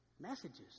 Messages